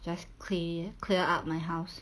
just clea~ clear up my house